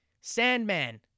Sandman